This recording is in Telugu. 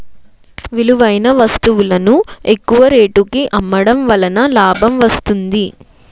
విలువైన వస్తువులను ఎక్కువ రేటుకి అమ్మడం వలన లాభం వస్తుంది